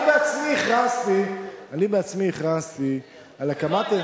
אני עצמי הכרזתי על הקמת,